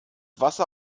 wasser